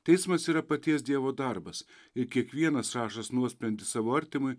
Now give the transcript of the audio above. teismas yra paties dievo darbas ir kiekvienas rašąs nuosprendį savo artimui